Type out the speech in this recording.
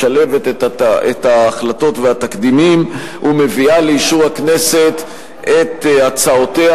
משלבת את ההחלטות והתקדימים ומביאה לאישור הכנסת את הצעותיה,